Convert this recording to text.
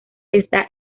está